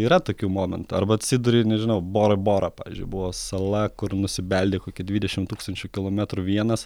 yra tokiu momentų arba atsiduri nežinau bora bora pavyzdžiui buvo sala kur nusibeldi kokį dvidešim tūkstančių kilometrų vienas